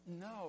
no